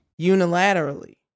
unilaterally